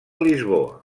lisboa